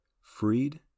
freed